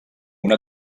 una